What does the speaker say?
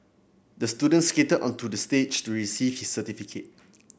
the student skated onto the stage to receive his certificate